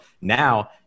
now